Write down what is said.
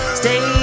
stay